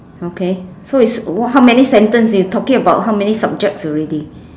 okay so it's wh~ how many sentence you talking about how many subjects already